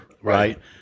Right